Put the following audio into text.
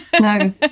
No